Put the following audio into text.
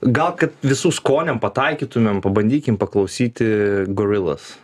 gal kad visų skoniam pataikytumėm pabandykim paklausyti gorilas